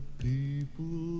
people